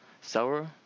sour